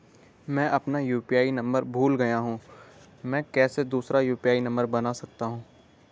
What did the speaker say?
मैं अपना UPI number भूल गया हूँ मैं कैसे दूसरा यु.पी.आई नम्बर बना सकता हूँ?